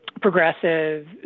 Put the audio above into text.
progressive